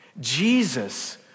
Jesus